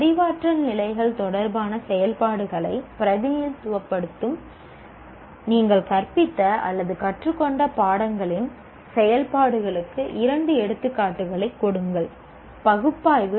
அறிவாற்றல் நிலைகள் தொடர்பான செயல்பாடுகளை பிரதிநிதித்துவப்படுத்தும் நீங்கள் கற்பித்த அல்லது கற்றுக்கொண்ட பாடங்களின் செயல்பாடுகளுக்கு இரண்டு எடுத்துக்காட்டுகளைக் கொடுங்கள் பகுப்பாய்வு